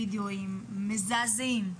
וידאו מזעזעים.